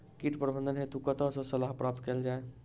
कीट प्रबंधन हेतु कतह सऽ सलाह प्राप्त कैल जाय?